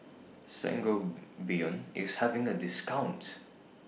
Sangobion IS having A discount